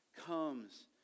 comes